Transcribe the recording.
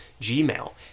Gmail